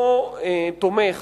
אני לא תומך